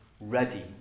ready